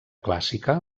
clàssica